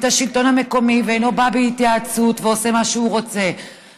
השלטון המקומי ואינו בא להתייעצות ועושה מה שהוא רוצה,